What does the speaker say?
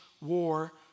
war